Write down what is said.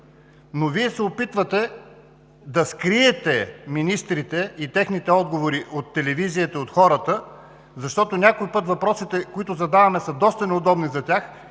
но Вие се опитвате да скриете министрите и техните отговори от телевизията, от хората, защото някой път въпросите, които задаваме, са доста неудобни за тях